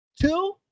Two